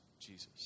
Jesus